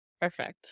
Perfect